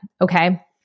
Okay